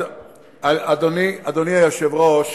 אדוני היושב-ראש,